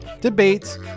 debates